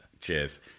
Cheers